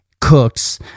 Cooks